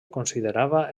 considerava